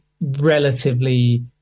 relatively